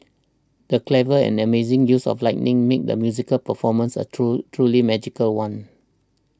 the clever and amazing use of lighting made the musical performance a true truly magical one